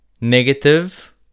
negative